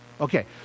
Okay